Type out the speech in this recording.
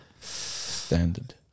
Standard